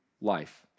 life